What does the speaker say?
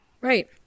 right